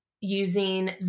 using